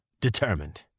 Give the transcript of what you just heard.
determined